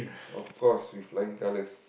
of course with flying colors